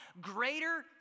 greater